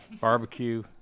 barbecue